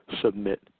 submit